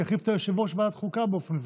שהחליף את יושב-ראש ועדת החוקה באופן זמני.